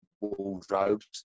wardrobes